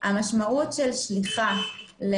המשמעות של שליחה של